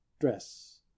dress